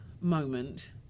moment